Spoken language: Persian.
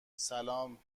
سلام